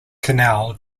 canal